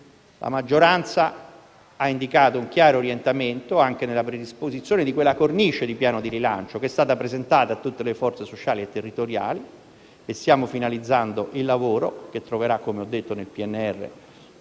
La maggioranza ha indicato un chiaro orientamento anche nella predisposizione di quella cornice di piano di rilancio che è stata presentata a tutte le forze sociali e territoriali. Stiamo finalizzando il lavoro che troverà, come ho detto, nel PNR